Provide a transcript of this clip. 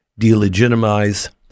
delegitimize